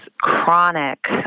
chronic